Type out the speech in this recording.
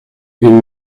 une